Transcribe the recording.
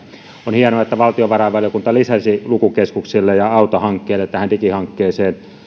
on hienoa että valtiovarainvaliokunta lisäsi lukukeskukselle ja auta hankkeelle tähän digihankkeeseen